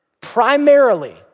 Primarily